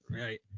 right